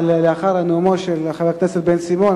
אבל לאחר נאומו של חבר הכנסת בן-סימון,